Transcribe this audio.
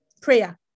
prayer